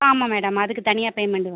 ஆமாம் மேடம் அதுக்கு தனியாக பேமெண்ட்டு வரும்